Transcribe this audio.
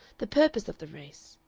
the purpose of the race,